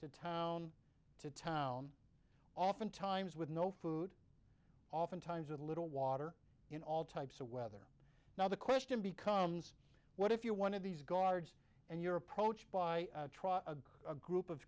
to town to town oftentimes with no food oftentimes with a little water in all types of weather now the question becomes what if you're one of these guards and you're approached by a group of